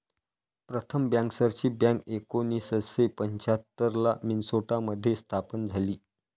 प्रथम बँकर्सची बँक एकोणीसशे पंच्याहत्तर ला मिन्सोटा मध्ये स्थापन झाली